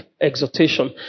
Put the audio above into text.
exhortation